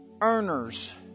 earners